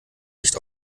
nicht